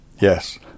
Yes